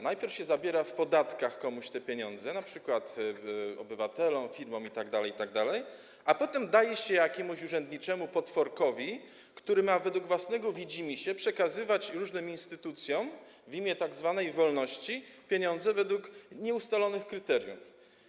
Najpierw się zabiera w podatkach komuś te pieniądze, np. obywatelom, firmom itd., itd., a potem daje się jakiemuś urzędniczemu potworkowi, który ma według własnego widzimisię przekazywać różnym instytucjom w imię tzw. wolności pieniądze według nieustalonych kryteriów.